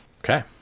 Okay